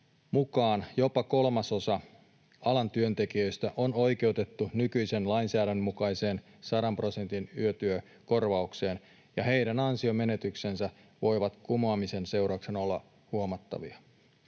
mukaan jopa kolmasosa alan työntekijöistä on oikeutettu nykyisen lainsäädännön mukaiseen sadan prosentin yötyökorvaukseen ja heidän ansionmenetyksensä voivat kumoamisen seurauksena olla huomattavia.